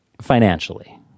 financially